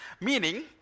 Meaning